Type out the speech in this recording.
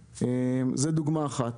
זאת דוגמה אחת,